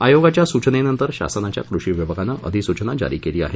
आयोगाच्या सूचनेनंतर शासनाच्या कृषी विभागाने अधिसूचना जारी केली आहे